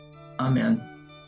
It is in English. Amen